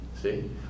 See